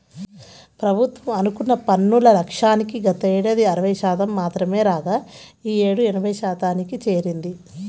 ప్రభుత్వం అనుకున్న పన్నుల లక్ష్యానికి గతేడాది అరవై శాతం మాత్రమే రాగా ఈ యేడు ఎనభై శాతానికి చేరింది